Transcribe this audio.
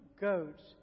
goats